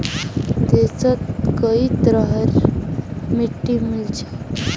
देशत कई तरहरेर मिट्टी मिल छेक